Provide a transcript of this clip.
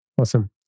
Awesome